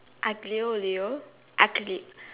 Aglio-Olio ugly